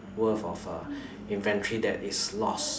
worth of uh inventory that is lost